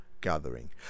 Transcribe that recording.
gathering